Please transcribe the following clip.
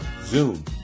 Zoom